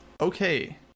okay